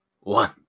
one